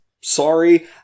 sorry